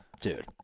dude